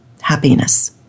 happiness